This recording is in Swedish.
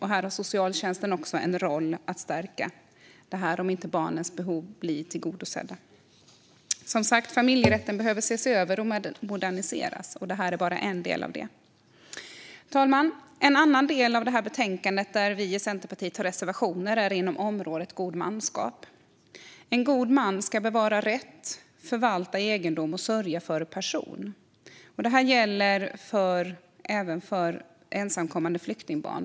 Här har socialtjänsten också en roll att stärka det ifall barnets behov inte tillgodoses. Familjerätten behöver som sagt ses över och moderniseras. Det här är bara en del av det. Fru talman! En annan del i betänkandet där Centerpartiet har reservationer är området godmanskap. En god man ska bevara rätt, förvalta egendom och sörja för personen. Det gäller även för ensamkommande flyktingbarn.